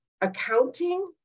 accounting